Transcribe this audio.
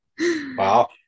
Wow